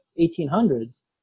1800s